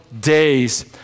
days